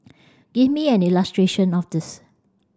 give me an illustration of this